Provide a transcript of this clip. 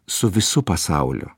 su visu pasauliu